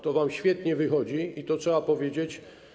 To wam świetnie wychodzi i to trzeba powiedzieć.